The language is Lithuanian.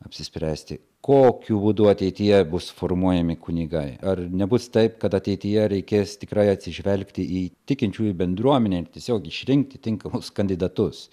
apsispręsti kokiu būdu ateityje bus formuojami kunigai ar nebus taip kad ateityje reikės tikrai atsižvelgti į tikinčiųjų bendruomenę tiesiog išrinkti tinkamus kandidatus